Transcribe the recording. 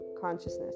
consciousness